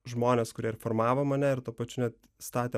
žmonės kurie ir formavo mane ir tuo pačiu net statė